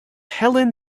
helen